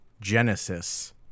Genesis